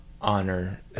honor